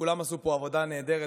כולם עשו פה עבודה נהדרת,